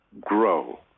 grow